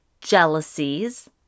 jealousies